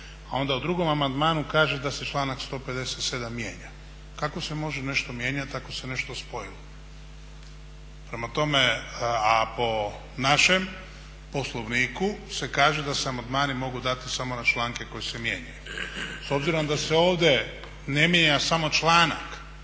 a onda u drugom amandmanu kaže da se članak 157. mijenja. Kako se može nešto mijenjati, ako se nešto spojilo. Prema tome, a po našem Poslovniku se kaže da se amandmani mogu dati samo na članke koji se mijenjaju. S obzirom da se ovdje ne mijenja samo članak,